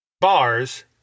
bars